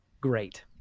great